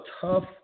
tough